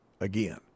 again